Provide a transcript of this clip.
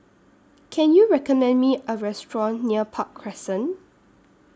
Can YOU recommend Me A Restaurant near Park Crescent